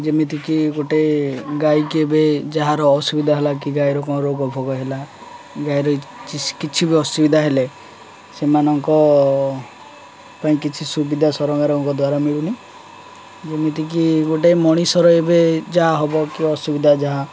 ଯେମିତିକି ଗୋଟେ ଗାଈ କେବେ ଯାହାର ଅସୁବିଧା ହେଲା କି ଗାଈର କ'ଣ ରୋଗ ଫୋଗ ହେଲା ଗାଈର କିଛି ବି ଅସୁବିଧା ହେଲେ ସେମାନଙ୍କ ପାଇଁ କିଛି ସୁବିଧା ସରକାରଙ୍କ ଦ୍ୱାରା ମିଳୁନି ଯେମିତିକି ଗୋଟେ ମଣିଷର ଏବେ ଯାହା ହବ କି ଅସୁବିଧା ଯାହା